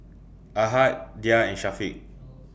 Ahad Dhia and Syafiq